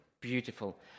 beautiful